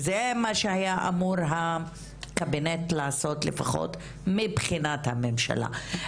וזה מה שהיה אמור הקבינט לעשות לפחות מבחינת הממשלה.